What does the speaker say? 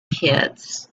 kids